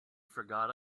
forgot